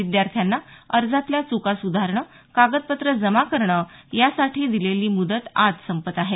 विद्यार्थ्यांना अर्जातील च्का सुधारणं कागदपत्र जमा करणं यासाठी दिलेली मुदत आज संपत आहे